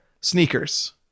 Sneakers